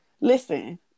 listen